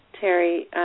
Terry